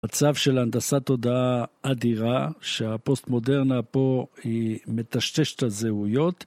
מצב של הנדסת תודעה אדירה שהפוסט מודרנה פה היא מטשטש את הזהויות